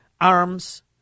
arms